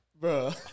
bro